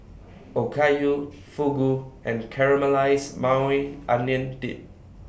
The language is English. Okayu Fugu and Caramelized Maui Onion Dip